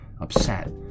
upset